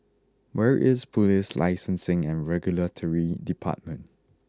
where is Police Licensing and Regulatory Department